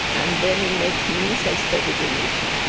and then in my teens i studied english.